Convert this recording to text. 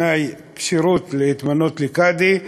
תנאי כשירות להתמנות לקאדי,